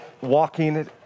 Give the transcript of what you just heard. walking